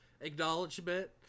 acknowledgement